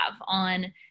on